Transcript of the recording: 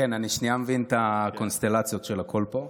שנייה, אני מבין את הקונסטלציות של הקול פה.